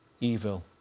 evil